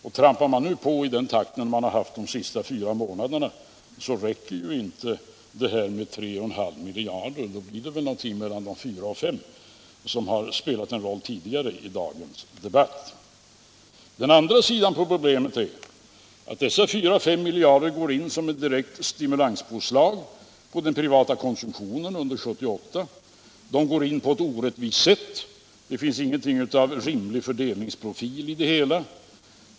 Och trampar man nu på i den takt som man haft under de senaste fyra månaderna, räcker det inte med 3,5 miljarder, utan då blir det väl någonting mellan 4 och 5 miljarder, en siffra som spelat roll under debatten tidigare i dag. Den andra sidan av problemet är att dessa 4 å 5 miljarder går in som ett direkt stimulanspåslag på den privata konsumtionen under 1978. De går in på ett orättvist sätt — det finns ingenting av rimlig fördelningsprofil i det hela.